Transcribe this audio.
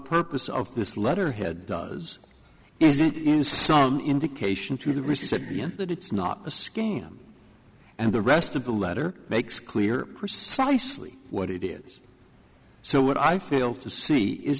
purpose of this letterhead does is it in some indication to the recipient that it's not a scam and the rest of the letter makes clear precisely what it is so what i feel to see is